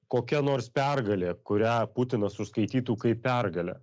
kokia nors pergalė kurią putinas užskaitytų kaip pergalę